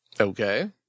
okay